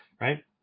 right